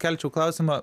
kelčiau klausimą